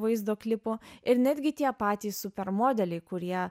vaizdo klipo ir netgi tie patys supermodeliai kurie